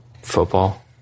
Football